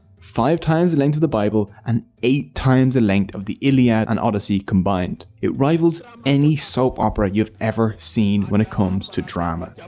five times the length of the bible and eight times the length of the iliad and odyssey combined. it rivals any soap opera you've seen when it comes to drama. yeah